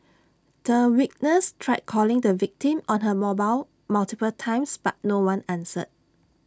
the witness tried calling the victim on her mobile multiple times but no one answered